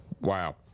wow